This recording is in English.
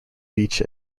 beach